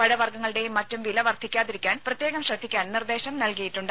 പഴവർഗ്ഗങ്ങളുടെയും മറ്റും വില വർധിക്കാതിരിക്കാൻ പ്രത്യേകം ശ്രദ്ധിക്കാൻ നിർദേശം നൽകിയിട്ടുണ്ട്